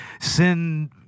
send